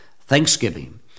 thanksgiving